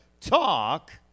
talk